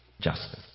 justice